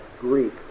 Greek